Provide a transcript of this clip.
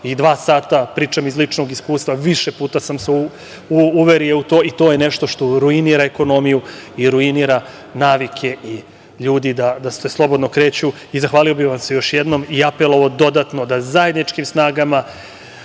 i dva sata. Pričam iz ličnog iskustva, više puta sam se uverio u to i to je nešto što ruinira ekonomiju i ruinira navike ljudi da se slobodno kreću. Zahvalio bih vam se još jednom i apelovao dodatno da zajedničkim snagama